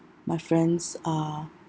my friends are